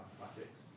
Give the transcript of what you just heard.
mathematics